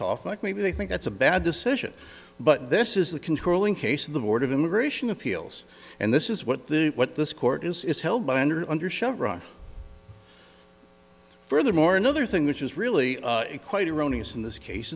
talk maybe they think that's a bad decision but this is the controlling case of the board of immigration appeals and this is what the what this court is held by under under chevron furthermore another thing which is really quite erroneous in this case